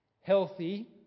Healthy